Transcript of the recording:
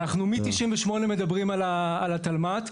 אנחנו משנת 1998 מדברים על התלמ"ת,